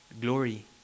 glory